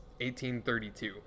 1832